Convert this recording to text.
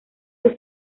sus